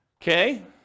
Okay